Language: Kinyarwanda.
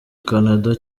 canada